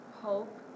hope